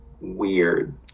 weird